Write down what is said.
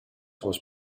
was